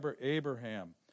Abraham